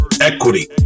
equity